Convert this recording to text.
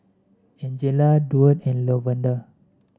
Angela Duard and Lavonda